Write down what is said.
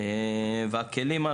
הכלים,